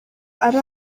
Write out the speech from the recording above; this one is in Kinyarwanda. ari